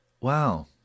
wow